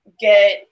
get